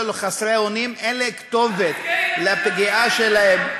חסרי אונים ואין להם כתובת לפגיעה שלהם.